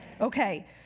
Okay